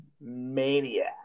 maniac